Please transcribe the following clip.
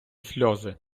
сльози